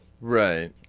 Right